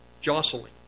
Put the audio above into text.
Jostling